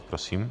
Prosím.